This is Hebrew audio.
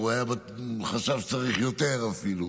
הוא חשב שצריך יותר אפילו.